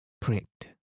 pricked